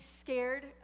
scared